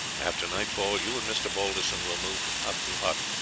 after nightfall you and mr. balderson will move from hut to hut,